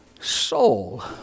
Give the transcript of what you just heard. soul